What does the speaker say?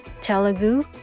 Telugu